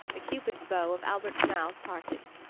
the cupid's bow of albert's mouth parted.